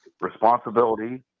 responsibility